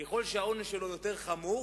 ככל שהעונש שלו יותר חמור